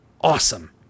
awesome